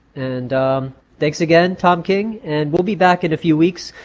and thanks again tom king. and we'll be back in a few weeks.